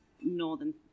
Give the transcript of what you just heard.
northern